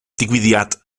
digwyddiad